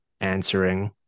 answering